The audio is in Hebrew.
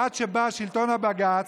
עד שבא שלטון הבג"ץ,